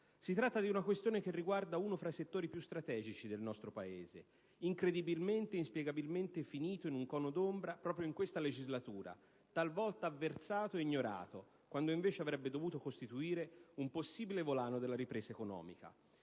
Si tratta di una questione che riguarda uno fra i settori più strategici del nostro Paese, incredibilmente e inspiegabilmente finito in un cono d'ombra proprio in questa legislatura, talvolta avversato e ignorato, quando invece avrebbe dovuto costituire un possibile volano della ripresa economica.